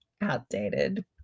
outdated